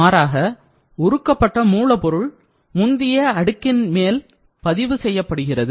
மாறாக உருக்கப்பட்ட மூலப்பொருள் முந்திய அடுக்கின் மேல் பதிவு செய்யப்படுகிறது